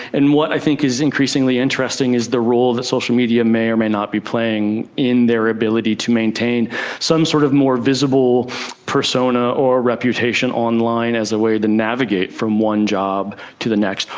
and what i think is increasingly interesting is the role that social media may or may not be playing in their ability to maintain some sort of more visible persona or reputation online as a way to navigate from one job to the next,